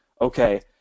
okay